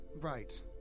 right